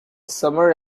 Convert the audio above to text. summer